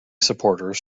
supporters